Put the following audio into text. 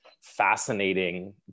fascinating